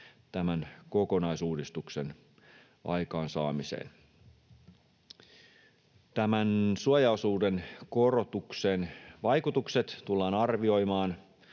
tämän kokonaisuudistuksen aikaansaamiseen. Tämän suojaosuuden korotuksen vaikutukset tullaan arvioimaan